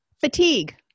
Fatigue